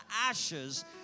ashes